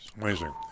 Amazing